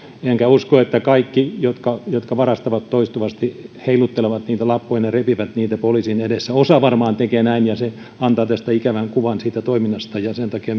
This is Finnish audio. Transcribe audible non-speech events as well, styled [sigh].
enkä usko että kaikki jotka jotka varastavat toistuvasti heiluttelevat niitä lappujaan ja repivät niitä poliisin edessä osa varmaan tekee näin ja se antaa ikävän kuvan siitä toiminnasta ja sen takia [unintelligible]